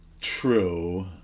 true